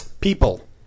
people